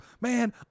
man